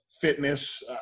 fitness